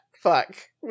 fuck